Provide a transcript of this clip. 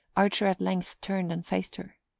archer at length turned and faced her.